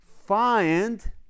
find